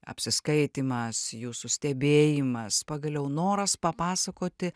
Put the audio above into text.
apsiskaitymas jūsų stebėjimas pagaliau noras papasakoti